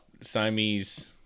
Siamese